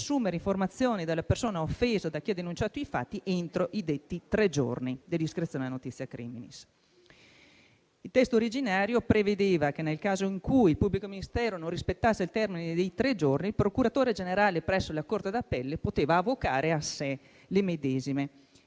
assumere informazioni dalla persona offesa o da chi ha denunciato i fatti entro i detti tre giorni dall'iscrizione della *notitia criminis*. Il testo originario prevedeva che, nel caso in cui il pubblico ministero non rispettasse il termine dei tre giorni, il procuratore generale presso la corte d'appello potesse avocare a sé le medesime